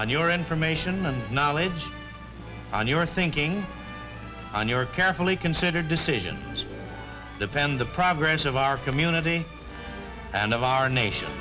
and your information and knowledge on your thinking on your carefully considered decision is the pen the progress of our community and of our nation